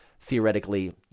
theoretically